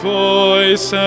voice